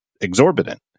exorbitant